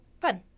Fun